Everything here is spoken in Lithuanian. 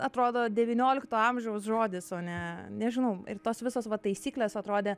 atrodo devyniolikto amžiaus žodis o ne nežinau ir tos visos va taisyklės atrodė